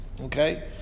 Okay